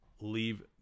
leave